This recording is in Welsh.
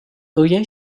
wyau